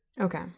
Okay